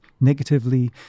negatively